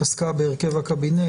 התעסקה בהרכב הקבינט,